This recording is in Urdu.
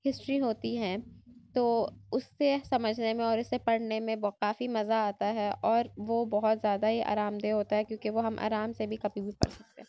ہسٹری ہوتی ہیں تو اس سے سمجھنے میں اور اسے پڑھنے میں کافی مزہ آتا ہے اور وہ بہت زیادہ ہی آرامدہ ہوتا ہے کیونکہ وہ ہم آرام سے بھی کبھی بھی پڑھ سکتے ہیں